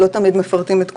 לא תמיד מפרטים את כולם,